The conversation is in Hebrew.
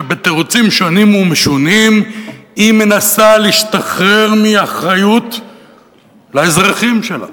שבתירוצים שונים ומשונים היא מנסה להשתחרר מאחריות לאזרחים שלה.